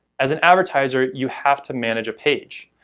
as an advertiser, you have to manage a page.